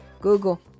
Google